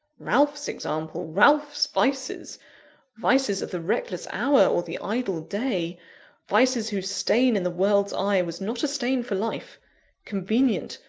ralph's example! ralph's vices vices of the reckless hour, or the idle day vices whose stain, in the world's eye, was not a stain for life convenient,